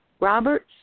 Roberts